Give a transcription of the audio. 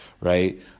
right